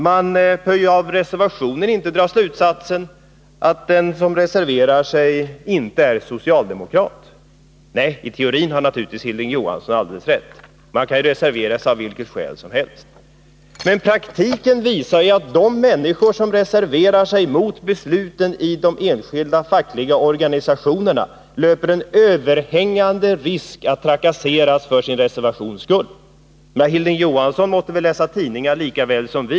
Man bör, säger han, av reservationen inte dra slutsatsen att den som reserverar sig inte är socialdemokrat. Nej, i teorin har Hilding Johansson naturligtvis alldeles rätt i det — man kan ju reservera sig av vilket skäl som helst. Men i praktiken visar det sig att de människor som reserverar sig mot besluten i de enskilda fackliga organisationerna löper en överhängande risk att trakasseras för sin reservations skull. Hilding Johansson måtte väl läsa tidningar lika väl som vi.